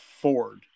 Ford